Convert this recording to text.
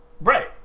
Right